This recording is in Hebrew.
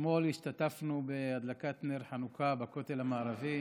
אתמול השתתפנו בהדלקת נר חנוכה בכותל המערבי